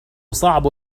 صعب